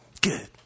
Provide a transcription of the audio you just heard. Good